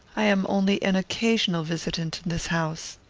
i am only an occasional visitant in this house.